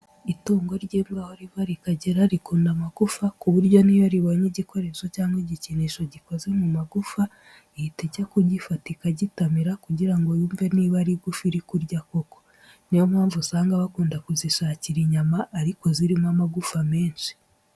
Itungo ry'imbwa aho riva rikagera rikunda amagufa ku buryo n'iyo ribonye igikoresho cyangwa igikinisho gikoze mu magufa, ihita ijya kugifata ikagitamira kugira ngo yumve niba ari igufa iri kurya koko. Niyo mpamvu usanga bakunda kuzishakira inyama ariko zirimo amagufa menshi.